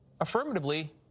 affirmatively